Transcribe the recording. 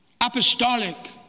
apostolic